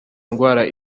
ndwara